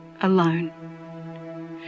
alone